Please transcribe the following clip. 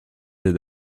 des